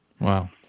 Wow